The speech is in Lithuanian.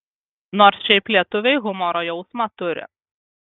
nors šiaip lietuviai humoro jausmą turi